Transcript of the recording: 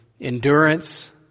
endurance